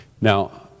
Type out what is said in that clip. Now